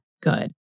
good